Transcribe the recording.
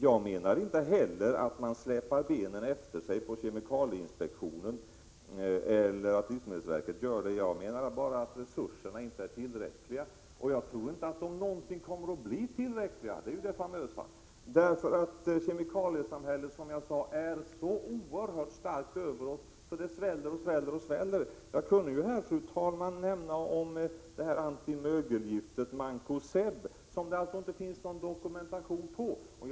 Det är inte så att jag menar att man på kemikalieinspektionen eller på livsmedelsverket släpar benen efter sig. Vad jag menar är att resurserna inte är tillräckliga. Sedan tror jag inte att de någonsin kommer att bli det. Det är ju det famösa i det här sammanhanget. Kemikaliesamhället har ju, som jag sade, brett ut sig så oerhört starkt. Det bara sväller och sväller. Jag vill sedan, fru talman, nämna antimögelgiftet mankoseb, som det inte finns någon dokumentation om.